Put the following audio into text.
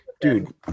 Dude